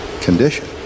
condition